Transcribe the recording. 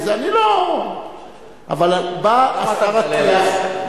אבל בא השר אטיאס,